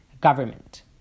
government